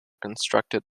constructed